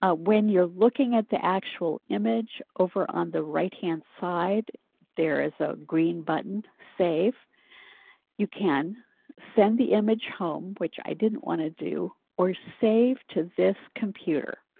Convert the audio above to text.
ah when you're looking at the actual image over on the right hand side there is a green button, save you can send the image home, which i didn't want to do or save to this computer.